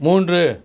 மூன்று